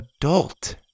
adult